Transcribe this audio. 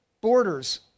borders